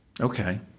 Okay